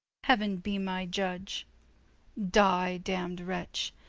heauen be my iudge die damned wretch,